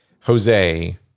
Jose